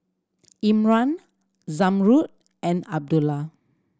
Imran Zamrud and Abdullah